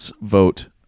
vote